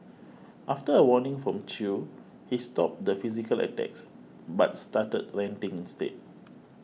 after a warning from Chew he stopped the physical attacks but started ranting instead